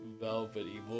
velvety